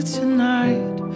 tonight